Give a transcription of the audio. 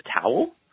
towel